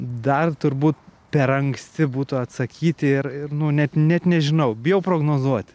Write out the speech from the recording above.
dar turbūt per anksti būtų atsakyti ir ir nu net net nežinau bijau prognozuoti